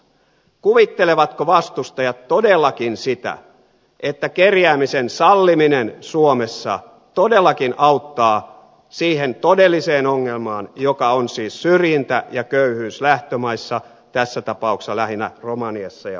kuvittelevatko vastustajat todellakin sitä että kerjäämisen salliminen suomessa todellakin auttaa siihen todelliseen ongelmaan joka on siis syrjintä ja köyhyys lähtömaissa tässä tapauksessa lähinnä romaniassa ja bulgariassa